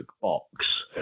box